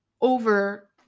over